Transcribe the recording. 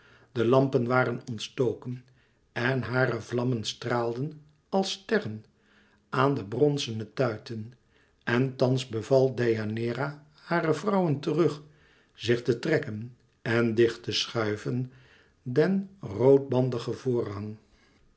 de lampen waren ontstoken en hare vlammen straalden als sterren aan de bronzene tuiten en thans beval deianeira hare vrouwen terug zich te trekken en dicht te schuiven den roodbandigen voorhang